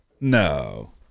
No